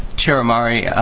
chair omari,